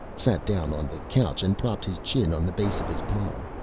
sat down on the couch and propped his chin on the base of his palm.